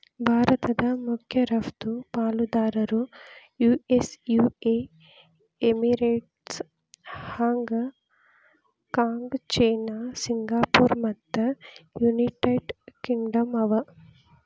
ಭಾರತದ್ ಮಖ್ಯ ರಫ್ತು ಪಾಲುದಾರರು US UA Emirates, Hong Kong China Singapore ಮತ್ತು ಯುನೈಟೆಡ್ ಕಿಂಗ್ಡಮ್ ಅವ